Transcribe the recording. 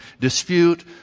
dispute